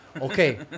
Okay